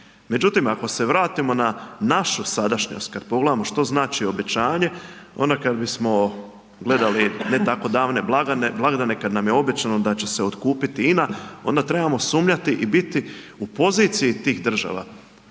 Međutim, ako se vratimo na našu sadašnjost, kad pogledamo što znači obećanje, onda kad bismo gledali ne tako davne blagdane, kad nam je obećano da će se otkupiti INA onda trebamo sumnjati i biti u poziciji tih država